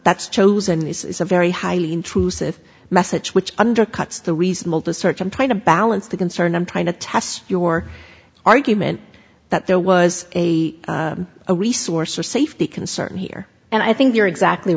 that's chosen is a very highly intrusive message which undercuts the reasonable to search i'm trying to balance the concern i'm trying to test your argument that there was a a resource or safety concern here and i think you're exactly